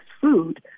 food